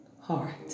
heart